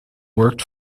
worked